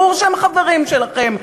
ברור שהם חברים שלכם.